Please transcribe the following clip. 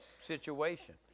situation